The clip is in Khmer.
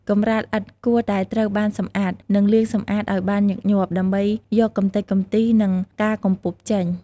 កម្រាលឥដ្ឋគួរតែត្រូវបានសម្អាត និងលាងសម្អាតឱ្យបានញឹកញាប់ ដើម្បីយកកំទេចកំទី និងការកំពប់ចេញ។